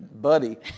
Buddy